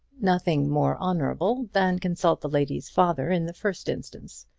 nothing more honourable, than consult the lady's father in the first instance.